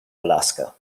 alaska